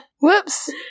Whoops